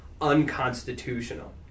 unconstitutional